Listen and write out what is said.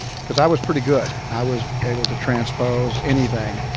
because i was pretty good. i was able to transpose anything.